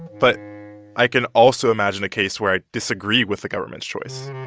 but i can also imagine a case where i disagree with the government's choice